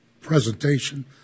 presentation